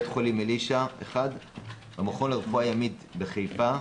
אחד בבית החולים אלישע, המכון לרפואה ימית בחיפה,